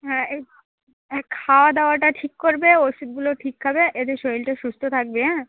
হ্যাঁ একটু হ্যাঁ খাওয়া দাওয়াটা ঠিক করবে ওষুধগুলো ঠিক খাবে এতে শরীরটা সুস্থ থাকবে হ্যাঁ